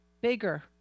bigger